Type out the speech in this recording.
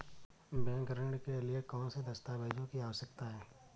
Bank ऋण के लिए कौन से दस्तावेजों की आवश्यकता है?